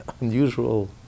unusual